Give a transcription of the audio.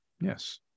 yes